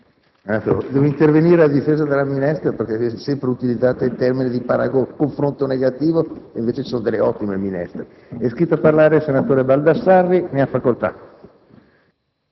Devo intervenire a difesa della minestra, colleghi, perché è sempre utilizzata in termini di confronto negativo, quando invece ci sono delle ottime minestre! È iscritto a parlare il senatore Baldassarri. Ne ha facoltà.